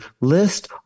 list